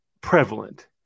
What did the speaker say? prevalent